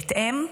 בהתאם,